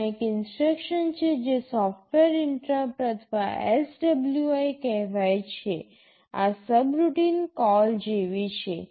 ત્યાં એક ઇન્સટ્રક્શન છે જે સોફ્ટવેર ઇન્ટરપ્ટ અથવા SWI કહેવાય છે આ સબરૂટીન કોલ જેવી છે